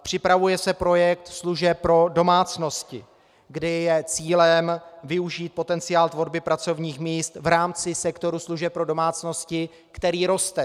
Připravuje se projekt služeb pro domácnosti, kde je cílem využít potenciál tvorby pracovních míst v rámci sektoru služeb pro domácnosti, který roste.